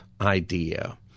idea